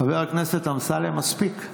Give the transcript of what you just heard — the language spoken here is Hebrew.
חבר הכנסת אמסלם, תודה.